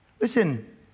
Listen